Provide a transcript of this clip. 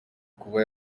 kuba